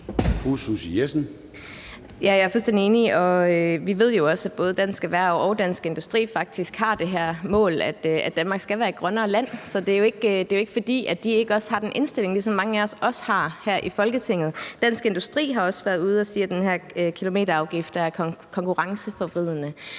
enig. Vi ved jo også, at både Dansk Erhverv og Dansk Industri faktisk har det her mål om, at Danmark skal være et grønnere land. Det er jo ikke, fordi de ikke også har den indstilling, ligesom mange af os har her i Folketinget. Dansk Industri har også været ude og sige, at den her kilometerafgift er konkurrenceforvridende.